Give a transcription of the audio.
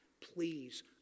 please